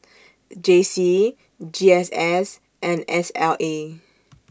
J C G S S and S L A